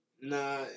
Nah